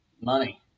money